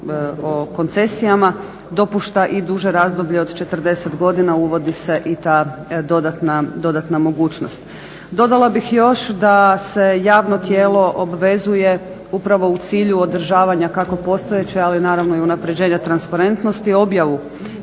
o koncesijama dopušta i dulje razdoblje od 40 godina uvodi se i ta dodatna mogućnost. Dodala bih još da se javno tijelo obvezuje upravo u cilju održavanja kako postojeće, ali naravno i unapređenje transparentnosti objavu